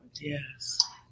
Yes